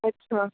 ਅੱਛਾ